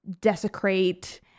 desecrate